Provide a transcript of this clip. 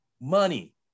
money